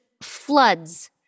floods